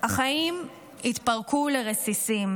החיים התפרקו לרסיסים.